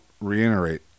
reiterate